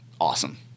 awesome